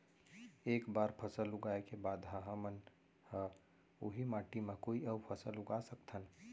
एक बार फसल उगाए के बाद का हमन ह, उही माटी मा कोई अऊ फसल उगा सकथन?